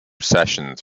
sessions